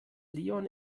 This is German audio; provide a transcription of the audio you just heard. leon